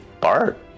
Bart